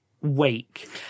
wake